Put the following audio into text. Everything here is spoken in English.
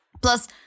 Plus